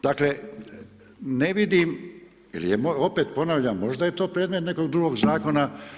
Dakle, ne vidim i opet ponavljam, možda je to predmet nekog drugog zakona.